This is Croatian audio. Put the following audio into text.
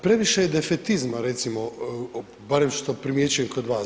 Previše se defetizma recimo, barem što primjećujem kod vas.